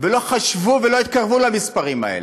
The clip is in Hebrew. לא חשבו ולא התקרבו למספרים האלה,